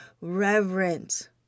reverence